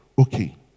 okay